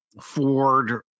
Ford